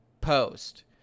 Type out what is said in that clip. post